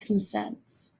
consents